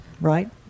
right